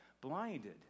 Blinded